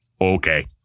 okay